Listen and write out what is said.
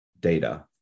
data